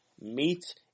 meet